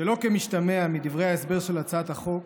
שלא כמשתמע מדברי ההסבר של הצעת החוק,